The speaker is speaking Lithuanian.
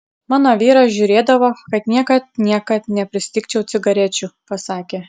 mano vyras žiūrėdavo kad niekad niekad nepristigčiau cigarečių pasakė